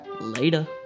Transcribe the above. later